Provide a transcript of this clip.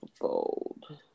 bold